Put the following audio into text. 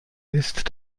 ist